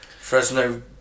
Fresno